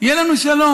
יהיה לנו שלום.